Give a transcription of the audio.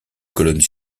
colonnes